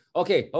okay